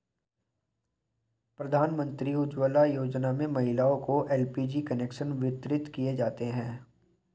प्रधानमंत्री उज्ज्वला योजना में महिलाओं को एल.पी.जी कनेक्शन वितरित किये जाते है